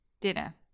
Dinner